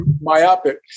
myopic